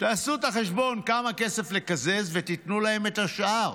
תעשו את החשבון כמה כסף לקזז ותיתנו להם את השאר.